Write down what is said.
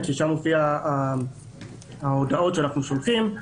ששם הופיעו ההודעות שאנחנו שולחים.